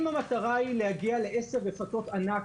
אם המטרה היא להגיע ל-10 רפתות ענק